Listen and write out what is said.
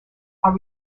are